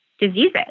diseases